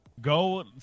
Go